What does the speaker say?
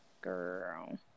Girl